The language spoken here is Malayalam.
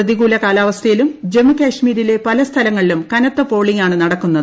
പ്രതികൂല കാലാവസ്ഥയിലും ജമ്മു കാശ്മിരിലെ പല്ല സ്ഥലങ്ങളിലും കനത്ത പോളിങ്ങാണ് നടക്കുന്നത്